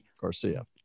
Garcia